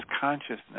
consciousness